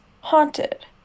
haunted